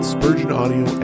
SpurgeonAudio